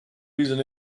reason